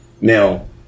Now